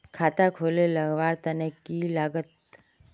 खाता खोले लगवार तने की लागत?